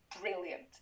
brilliant